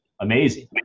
amazing